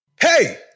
Hey